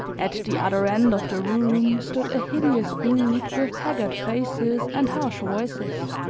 at the other end of the room stood a hideous group with haggard faces and harsh voices.